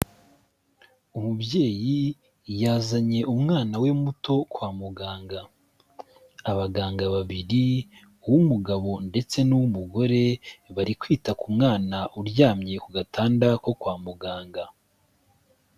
Umubyeyi yazanye umwana we muto kwa muganga. Abaganga babiri uw'umugabo ndetse n'uw'umugore, bari kwita ku mwana uryamye ku gatanda ko kwa muganga.